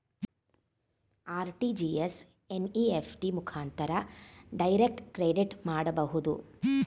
RTGS, NEFT ಮುಖಾಂತರ direct credit ಮಾಡಬಹುದು